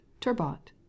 Turbot